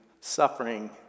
suffering